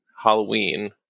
halloween